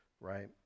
Right